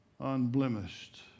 Unblemished